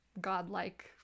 godlike